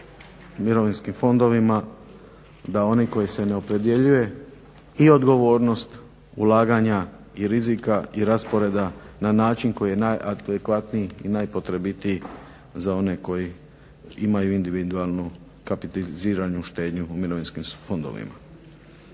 mirovinskim fondovima da oni koji se ne opredjeljuju i odgovornost ulaganja i rizika i rasporeda na način koji je najadekvatniji i naj potrebitiji za one koji imaju individualnu kapitaliziranu štednju u mirovinskim fondovima.